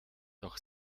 doch